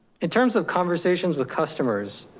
in terms of conversations with customers,